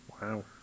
Wow